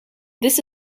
this